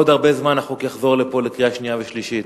לא עוד הרבה זמן החוק יחזור לפה לקריאה שנייה ושלישית.